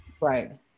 right